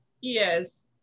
Yes